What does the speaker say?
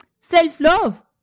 self-love